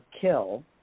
kill